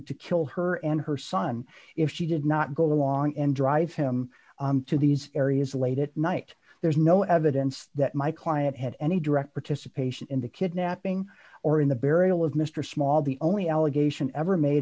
to kill her and her son if she did not go along and drive him to these areas late at night there's no evidence that my client had any direct participation in the kidnapping or in the burial of mr small the only allegation ever made